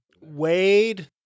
Wade